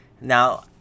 Now